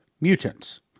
mutants